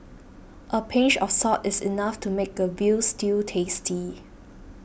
a pinch of salt is enough to make a Veal Stew tasty